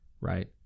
right